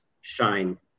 shine